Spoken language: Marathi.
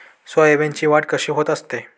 सोयाबीनची वाढ कशी होत असते?